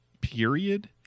period